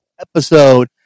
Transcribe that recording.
episode